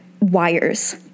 wires